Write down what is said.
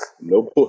No